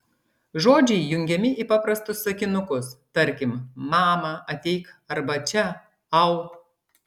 žodžiai jungiami į paprastus sakinukus tarkim mama ateik arba čia au